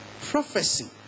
Prophecy